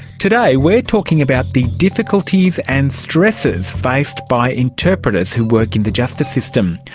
today we're talking about the difficulties and stresses faced by interpreters who work in the justice system.